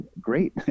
Great